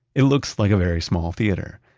it looks like a very small theater.